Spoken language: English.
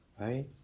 right